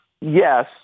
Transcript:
Yes